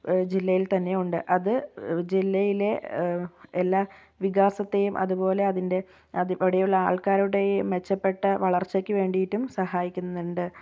ജില്ലയിൽ തന്നെ ഉണ്ട് അത് ജില്ലയിലെ എല്ലാ വികാസത്തെയും അതുപോലെ അതിൻ്റെ അത് ഇവിടെ ഉള്ള ആൾക്കാരുടെയും മെച്ചപ്പെട്ട വളർച്ചക്കു വേണ്ടിയിട്ടും സഹായിക്കുന്നുണ്ട്